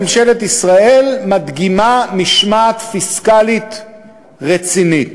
ממשלת ישראל מדגימה משמעת פיסקלית רצינית.